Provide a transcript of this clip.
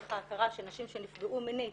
דרך ההכרה שנשים שנפגעו מינית,